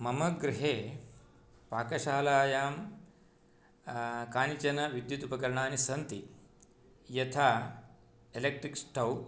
मम गृहे पाकशालायां कानिचन विद्युत् उपकरणानि सन्ति यथा इलेक्ट्रिक् स्टव्